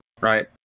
right